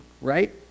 Right